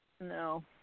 No